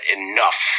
enough